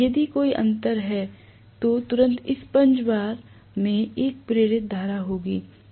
यदि कोई अंतर है तो तुरंत स्पंज बार में एक प्रेरित धारा होगी